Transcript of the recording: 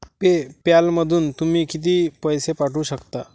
पे पॅलमधून तुम्ही किती पैसे पाठवू शकता?